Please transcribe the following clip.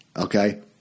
Okay